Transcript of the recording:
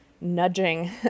nudging